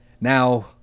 Now